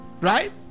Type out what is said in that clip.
Right